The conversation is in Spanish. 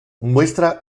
muestra